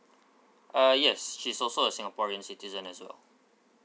uh yes she's also a singaporean citizen as well